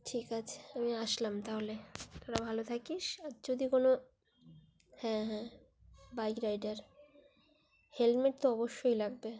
ঠিক আছে আমি আসলাম তাহলে তোরা ভালো থাকিস আর যদি কোনো হ্যাঁ হ্যাঁ বাইক রাইডার হেলমেট তো অবশ্যই লাগবে